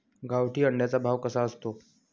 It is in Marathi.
गावठी अंड्याचा भाव कसा असतो?